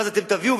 ואז אתם תביאו,